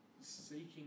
seeking